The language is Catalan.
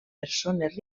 persones